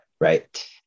Right